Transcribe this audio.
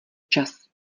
čas